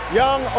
young